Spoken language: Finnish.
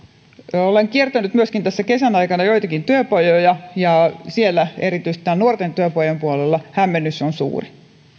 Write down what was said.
olen olen kiertänyt tässä kesän aikana joitakin työpajoja ja siellä erityisesti nuorten työpajojen puolella hämmennys on suuri